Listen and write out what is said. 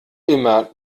immer